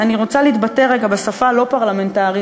אני רוצה להתבטא רגע בשפה לא פרלמנטרית,